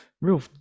real